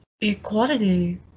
equality